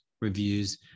reviews